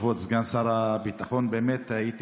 כבוד סגן שר הביטחון, באמת הייתי